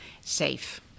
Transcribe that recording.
safe